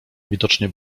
widocznie